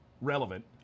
relevant